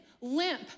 limp